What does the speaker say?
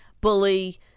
bully